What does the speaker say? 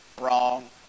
wrong